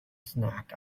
snack